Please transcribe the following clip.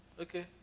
Okay